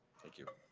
thank you.